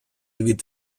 від